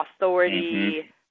authority